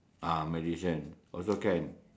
ah magician also can